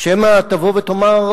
ושמא תבוא ותאמר,